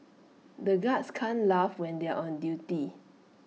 the guards can't laugh when they are on duty